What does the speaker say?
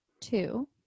Two